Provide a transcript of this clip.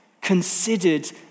considered